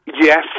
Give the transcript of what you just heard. Yes